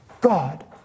God